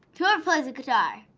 whoever plays the guitar,